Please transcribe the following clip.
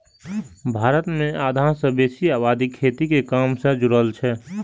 भारत मे आधा सं बेसी आबादी खेती के काम सं जुड़ल छै